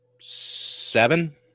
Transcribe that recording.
Seven